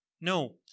No